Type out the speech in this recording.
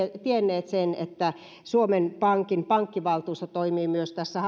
tienneet sen että suomen pankin pankkivaltuusto toimii tässä